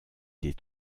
des